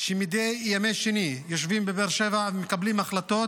שמדי ימי שני יושבים בבאר שבע, מקבלים החלטות